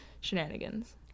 shenanigans